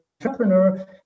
entrepreneur